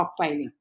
stockpiling